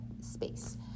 space